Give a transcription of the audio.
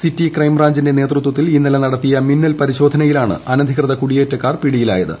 city ക്രൈംബ്രാഞ്ചിന്റെ ്നേതൃത്വത്തിൽ ഇന്നലെ നടത്തിയ മിന്നൽ പരിശോധനയിലാണ് അനധികൃത കുടിയേറ്റക്കാർ പിടിയിലായത്